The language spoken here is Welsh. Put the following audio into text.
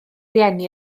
rieni